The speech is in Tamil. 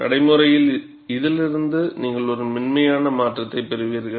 நடைமுறையில் இதிலிருந்து நீங்கள் ஒரு மென்மையான மாற்றத்தை பெறுவீர்கள்